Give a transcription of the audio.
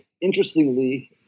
interestingly